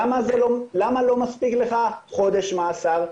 למה לא מספיק לך חודש מאסר,